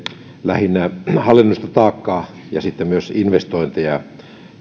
lähinnä kirjanpitopalveluyrityksille hallinnollista taakkaa ja sitten myös investointeja